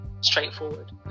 straightforward